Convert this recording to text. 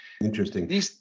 Interesting